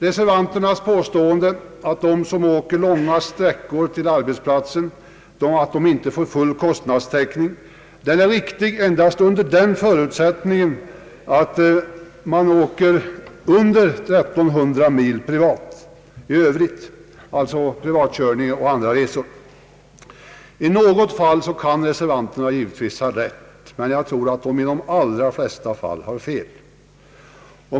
Reservanternas påstående att de som åker långa sträckor till arbetsplatsen inte får full kostnadsersättning är riktigt endast under den förutsättningen att vederbörande åker mindre än 1300 mil privat. I något fall kan reservanterna givetvis ha rätt, men jag tror att de i de allra flesta fall har fel.